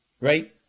Right